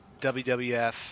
WWF